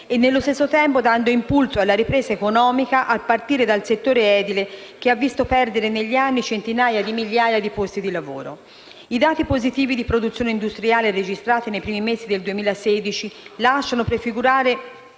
e nello stesso tempo dando impulso alla ripresa economica a partire dal settore edile, che ha visto perdere negli anni centinaia di migliaia di posti di lavoro. I dati positivi di produzione industriale registrati nei primi mesi del 2016 lasciano prefigurare